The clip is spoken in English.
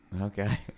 Okay